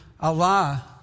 Allah